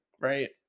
right